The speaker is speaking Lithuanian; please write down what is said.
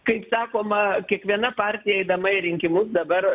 kaip sakoma kiekviena partija eidama į rinkimus dabar